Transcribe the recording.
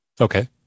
Okay